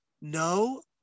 No